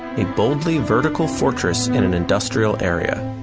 a boldly vertical fortress in an industrial area.